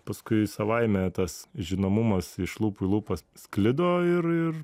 paskui savaime tas žinomumas iš lūpų į lūpas sklido ir ir